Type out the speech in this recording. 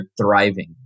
thriving